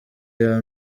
iya